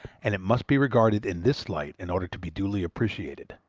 and it must be regarded in this light in order to be duly appreciated.